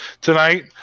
tonight